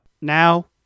Now